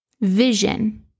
vision